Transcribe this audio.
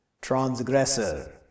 transgressor